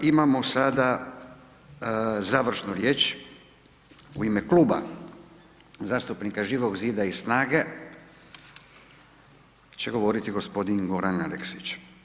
Imamo sada završnu riječ, u ime Kluba zastupnika Živog zida i SNAGE će govoriti gospodin Goran Aleksić.